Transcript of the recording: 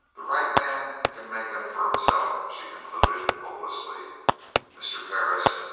the right man can make them for himself, she concluded, hopelessly mr. perris,